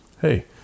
hey